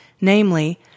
namely